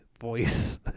voice